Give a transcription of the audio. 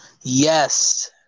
Yes